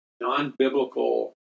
non-biblical